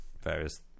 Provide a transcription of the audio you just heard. various